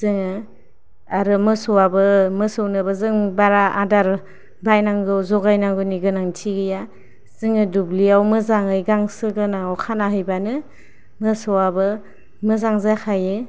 जोङो आरो मोसौआबो मोसौनोबो जों बारा आदार बायनांगौ जगायनांगौनि गोनांथि गैया जोङो दुब्लियाव मोजांयै गांसो गोनांयाव खानानै हैबानो मोसौआबो मोजां जाखायो